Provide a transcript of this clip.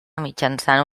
mitjançant